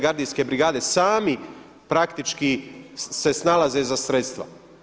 Gardijske brigade – sami praktički se snalaze za sredstva.